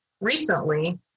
recently